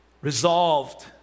resolved